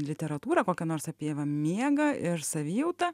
literatūrą kokią nors apie va miegą ir savijautą